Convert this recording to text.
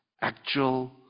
actual